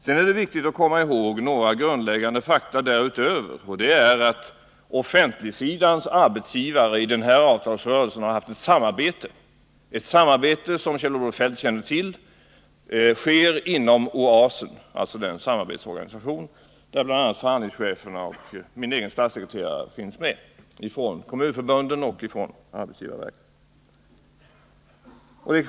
Det är härutöver viktigt att komma ihåg några grundläggande fakta, nämligen bl.a. att offentligsidans arbetsgivare i den här avtalsrörelsen har haft ett samarbete, vilket Kjell-Olof Feldt mycket väl känner till. Det är det samarbete som sker inom den s.k. OASEN, alltså den samarbetsorganisation i vilken bl.a. förhandlingscheferna från kommunförbunden och arbetsgivarverket liksom också min statssekreterare ingår.